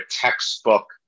textbook